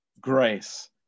grace